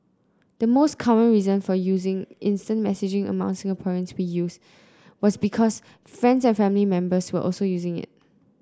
the most common reason for using instant messaging among Singaporeans was because friends and family members were also using it